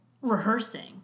rehearsing